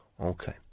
Okay